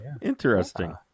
Interesting